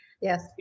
Yes